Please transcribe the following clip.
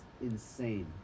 insane